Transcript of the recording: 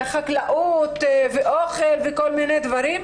בחקלאות ומזון וכן הלאה,